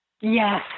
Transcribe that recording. Yes